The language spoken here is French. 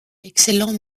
excellent